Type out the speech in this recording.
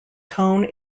tone